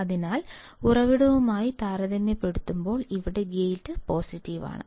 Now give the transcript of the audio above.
അതിനാൽ ഉറവിടവുമായി താരതമ്യപ്പെടുത്തുമ്പോൾ ഇവിടെ ഗേറ്റ് പോസിറ്റീവ് ആണ്